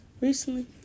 Recently